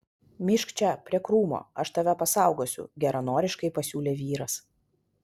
myžk čia prie krūmo aš tave pasaugosiu geranoriškai pasiūlė vyras